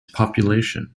population